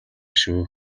шүү